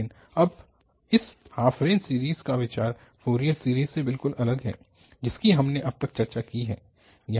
लेकिन अब इस हाफ रेंज सीरीज़ का विचार फ़ोरियर सीरीज़ से बिल्कुल अलग है जिसकी हमने अब तक चर्चा की है